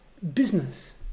business